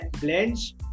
blends